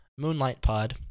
#MoonlightPod